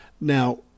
Now